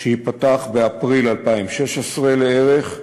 שייפתח באפריל 2016 לערך,